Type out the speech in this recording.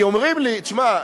כי, אומרים לי: תשמע,